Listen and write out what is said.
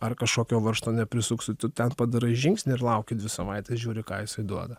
ar kažkokio varžto neprisuksi tu ten padarai žingsnį ir lauki dvi savaites žiūri ką isai duoda